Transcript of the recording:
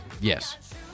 yes